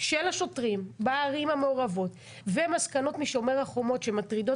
של השוטרים בערים המעורבות ומסקנות משומר החומות שמטרידות